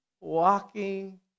walking